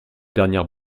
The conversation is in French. dernière